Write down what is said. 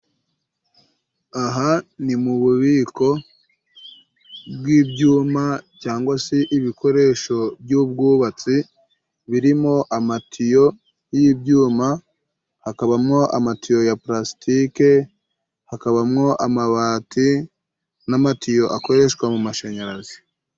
Aha ni mu bubiko bw'ibyuma cangwa se ibikoresho by'ubwubatsi birimo amatiyo y'ibyuma, hakabamo amatiyo ya pulasitike, hakabamo amabati n'amatiyo akoreshwa mu mashanyarazi.